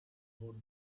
about